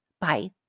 Bye